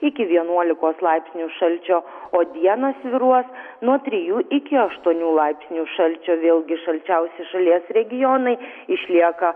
iki vienuolikos laipsnių šalčio o dieną svyruos nuo trijų iki aštuonių laipsnių šalčio vėlgi šalčiausi šalies regionai išlieka